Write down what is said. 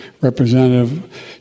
Representative